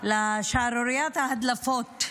לשערוריית ההדלפות.